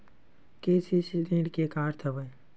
KCC ऋण के का अर्थ हवय?